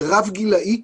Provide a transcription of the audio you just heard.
וזה רב-גילאי,